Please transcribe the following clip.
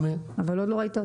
עוד לא ראית אותו.